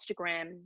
Instagram